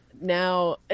now